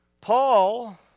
Paul